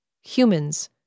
humans